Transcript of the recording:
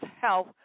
Health